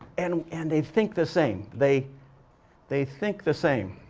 and and they think the same they they think the same.